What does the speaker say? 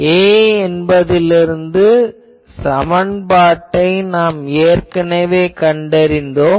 A என்பதிலிருந்து சமன்பாட்டை நாம் ஏற்கனவே கண்டறிந்தோம்